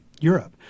Europe